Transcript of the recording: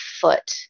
foot